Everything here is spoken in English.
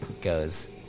goes